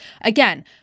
Again